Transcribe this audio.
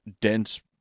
dense